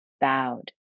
bowed